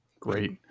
Great